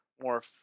more